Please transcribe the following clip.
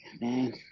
man